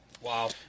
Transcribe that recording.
Wow